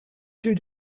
two